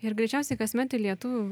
ir greičiausiai kasmet į lietuvių